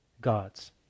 God's